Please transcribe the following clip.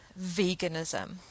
veganism